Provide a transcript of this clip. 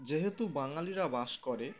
যেহেতু বাঙালিরা বাস করে